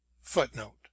Footnote